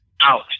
out